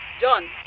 John